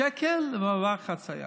שקל למעבר חציה.